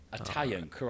Italian